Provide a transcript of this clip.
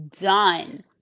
done